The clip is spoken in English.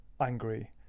angry